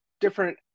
different